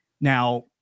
Now